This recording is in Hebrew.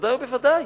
בוודאי ובוודאי.